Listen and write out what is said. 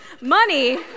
Money